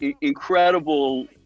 incredible